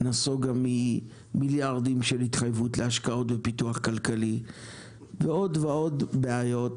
נסוגה ממיליארדים של התחייבות להשקעות בפיתוח כלכלי ועוד ועוד בעיות.